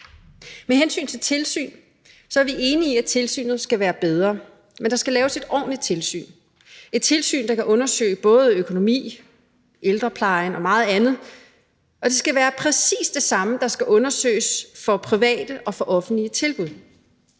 Med hensyn til tilsyn er vi enige i, at tilsynet skal være bedre, men der skal laves et ordentligt tilsyn – et tilsyn, der kan undersøge både økonomi, ældreplejen og meget andet. Og det skal være præcis det samme, der skal undersøges for private og for offentlige tilbud.